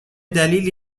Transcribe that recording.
دلیل